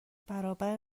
برابر